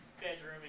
bedroom